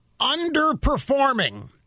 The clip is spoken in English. underperforming